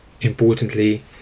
Importantly